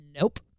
nope